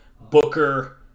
Booker